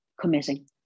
committing